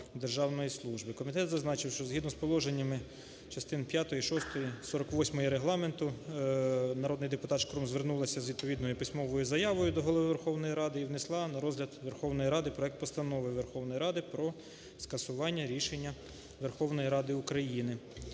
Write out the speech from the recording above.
державної служби. Комітет зазначив, що згідно з положеннями частини п'ятої, шостої 48-ї Регламенту народний депутат Шкрум звернулася з відповідною письмової заявою до Голови Верховної Ради і внесла на розгляд Верховної Ради проект Постанови Верховної Ради про скасування рішення Верховної Ради України.